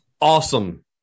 Awesome